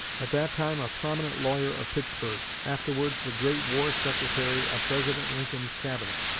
at that time a prominent lawyer of pittsburgh, afterwards the great war secretary of president lincoln's cabinet.